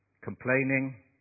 Complaining